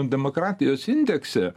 demokratijos indekse